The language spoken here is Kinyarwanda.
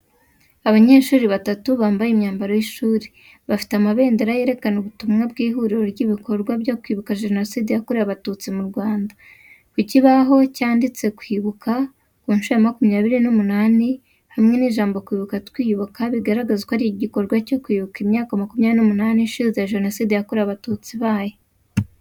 Abanyeshuri batatu bambaye imyambaro y’ishuri, bafite amabendera yerekana ubutumwa bw'ihuriro ry'ibikorwa byo kwibuka jenoside yakorewe abatutsi mu Rwanda. Ku kibaho cyanditseho kwibuka ku nshuro ya makumyabiri n'umunani hamwe n’ijambo Kwibuka twiyubaka bigaragaza ko ari igikorwa cyo kwibuka imyaka makumyabiri n'umunani ishize jenoside yakorewe abatutsi ibaye.